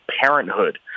Parenthood